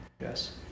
yes